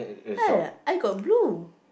eh I got blue